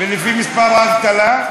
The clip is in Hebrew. ולפי האבטלה?